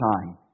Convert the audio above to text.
time